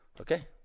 okay